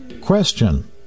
Question